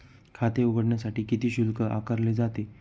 खाते उघडण्यासाठी किती शुल्क आकारले जाते?